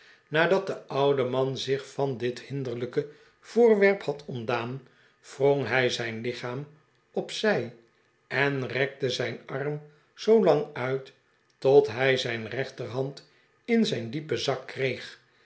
nadat de oude man zich van dit hinderlijke voorwerp had ontdaan wrong hij zijn lichaam op zij en rekte zijn arm zoolang uit tot hij zijn rechterhand in zijn diepen zak kreeg